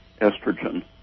estrogen